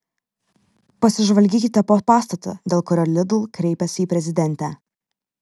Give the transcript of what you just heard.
pasižvalgykite po pastatą dėl kurio lidl kreipėsi į prezidentę